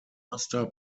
master